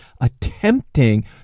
attempting